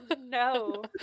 No